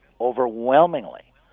overwhelmingly